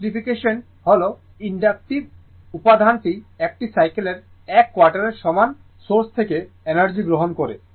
এর ইমপ্লিকেশন হল ইনডাকটিভ উপাদানটি একটি সাইকেলের 1 কোয়ার্টারের সময় সোর্স থেকে এনার্জি গ্রহণ করে